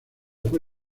fue